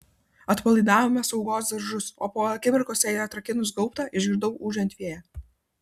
atpalaidavome saugos diržus o po akimirkos jai atrakinus gaubtą išgirdau ūžiant vėją